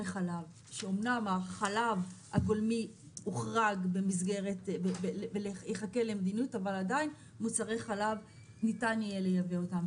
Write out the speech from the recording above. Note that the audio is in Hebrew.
אמנם החלב הגולמי יחכה למדיניות אבל עדיין ניתן יהיה לייבא מוצרי חלב.